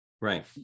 Right